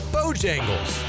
Bojangles